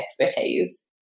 expertise